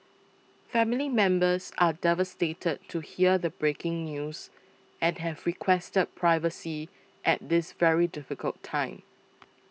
family members are devastated to hear the breaking news and have requested privacy at this very difficult time